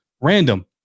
Random